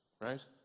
right